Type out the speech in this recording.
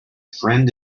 friend